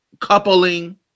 coupling